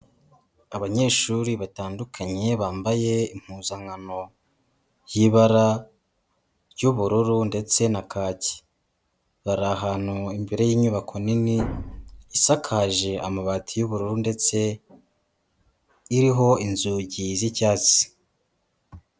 Abanyeshuri batandukanye bambaye impuzankano y'ibara ry'ubururu, ndetse na kaki, bari ahantu imbere y'inyubako nini isakaje amabati y'ubururu ndetse iriho inzugi z'icyatsi.